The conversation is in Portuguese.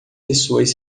pessoas